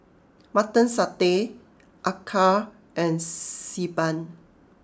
Mutton Satay Acar and Xi Ban